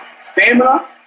stamina